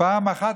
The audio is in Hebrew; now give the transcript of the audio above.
פעם אחת,